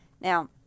now